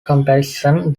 comparison